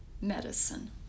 medicine